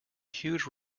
huge